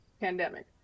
pandemic